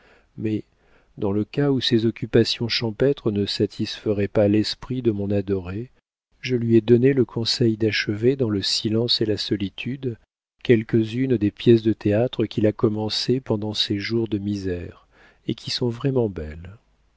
mais dans le cas où ces occupations champêtres ne satisferaient pas l'esprit de mon adoré je lui ai donné le conseil d'achever dans le silence de la solitude quelques unes des pièces de théâtre qu'il a commencées pendant ses jours de misère et qui sont vraiment belles